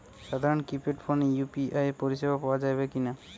সাধারণ কিপেড ফোনে ইউ.পি.আই পরিসেবা পাওয়া যাবে কিনা?